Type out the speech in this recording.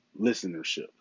listenership